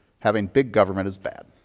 having big government is bad.